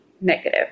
negative